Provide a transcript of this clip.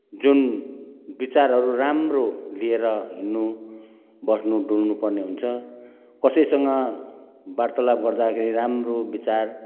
जुन विचारहरू राम्रो लिएर हिन्नु बस्नु डुल्नु पर्ने हुन्छ कसैसँग वार्तालाप गर्दाखेरि राम्रो विचार